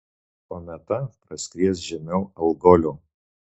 kometa praskries žemiau algolio